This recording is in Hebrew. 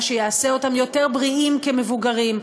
מה שיעשה אותם יותר בריאים כמבוגרים,